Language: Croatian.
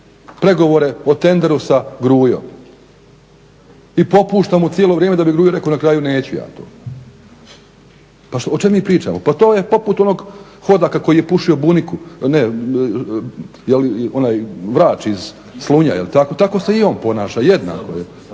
… /Govornik se ne razumije./… i popušta mu cijelo vrijeme da bi … rekao na kraju neću ja to. Pa o čemu mi pričamo? Pa to je poput onog hoda koji je pušio buniku, jel' onaj vrač iz Slunja jel' tako. Tako se i on ponaša, jednako.